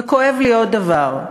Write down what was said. וכואב לי עוד דבר: